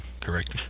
correct